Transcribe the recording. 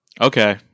Okay